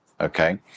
Okay